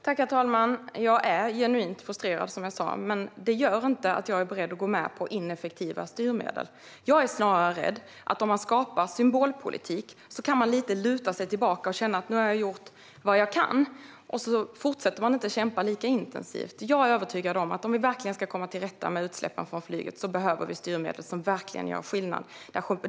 Herr talman! Jag är genuint frustrerad, som jag sa, men det gör inte att jag är beredd att gå med på ineffektiva styrmedel. Jag är snarare rädd att om man skapar symbolpolitik kan man i viss mån luta sig tillbaka och känna att man har gjort vad man kan och inte fortsätta att kämpa lika intensivt. Jag är övertygad om att vi behöver styrmedel som verkligen gör skillnad om vi ska komma till rätta med utsläppen från flyget.